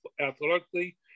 athletically